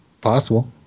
Possible